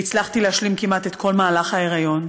והצלחתי להשלים כמעט את כל מהלך ההיריון.